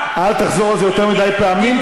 אל תחזור על זה יותר מדי פעמים,